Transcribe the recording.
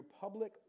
public